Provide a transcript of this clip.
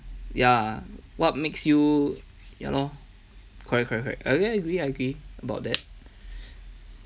ya what makes you ya lor correct correct correct I agree agree agree about that